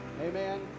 amen